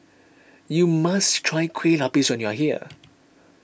you must try Kueh Lapis when you are here